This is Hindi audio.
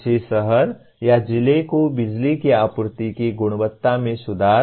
किसी शहर या जिले को बिजली की आपूर्ति की गुणवत्ता में सुधार